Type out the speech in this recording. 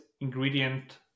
ingredient